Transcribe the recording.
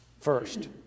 first